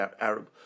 Arab